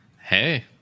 hey